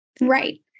Right